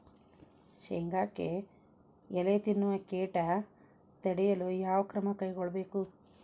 ಶೇಂಗಾಕ್ಕೆ ಎಲೆ ತಿನ್ನುವ ಕೇಟ ತಡೆಯಲು ಯಾವ ಕ್ರಮ ಕೈಗೊಳ್ಳಬೇಕು?